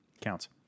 Counts